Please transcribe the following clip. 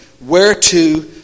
whereto